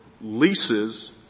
leases